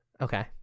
okay